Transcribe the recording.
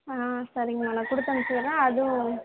ஆ சரிங்கம்மா நான் கொடுத்து அனுப்பிச்சி விட்றேன் அதுவும்